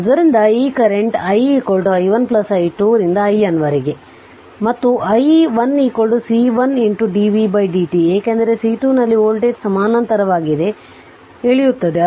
ಆದ್ದರಿಂದ ಈ current i i1 i2 ರಿಂದ iN ವರೆಗೆ ಮತ್ತು i1 C1 dvdt ಏಕೆಂದರೆ C2 ನಲ್ಲಿ ವೋಲ್ಟೇಜ್ ಸಮಾನಾಂತರವಾಗಿ ಇಳಿಯುತ್ತದೆ